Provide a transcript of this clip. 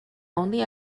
only